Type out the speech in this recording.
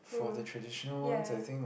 who yeah